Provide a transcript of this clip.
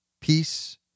peace